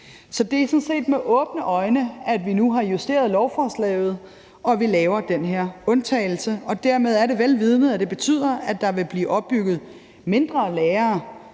Så det er sådan set med åbne øjne, at vi nu har justeret lovforslaget og laver den her undtagelse. Og dermed er det, vel vidende at det betyder, at der samlet set vil blive opbygget mindre lagre